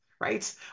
Right